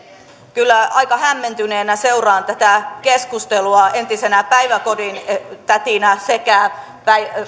kyllä aika hämmentyneenä seuraan tätä keskustelua entisenä päiväkodintätinä sekä